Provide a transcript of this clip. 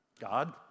God